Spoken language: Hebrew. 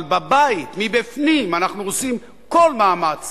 אבל בבית בפנים אנחנו עושים כל מאמץ